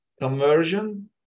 conversion